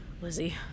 Lizzie